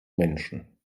menschen